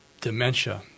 dementia